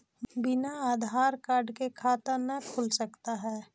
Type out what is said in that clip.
बिना आधार कार्ड के खाता न खुल सकता है?